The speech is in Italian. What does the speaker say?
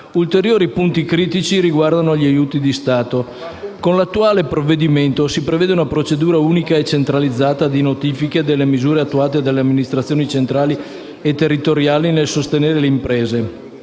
Ulteriori punti critici riguardano gli aiuti di Stato. Con l'attuale provvedimento si prevedono una procedura unica e centralizzata di notifiche delle misure attuate dalle amministrazioni centrali e territoriali nel sostenere le imprese